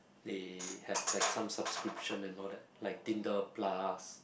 they have like some subscription and all that like Tinder plus